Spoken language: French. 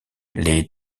les